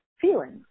feelings